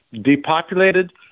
Depopulated